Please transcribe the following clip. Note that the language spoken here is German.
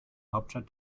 hauptstadt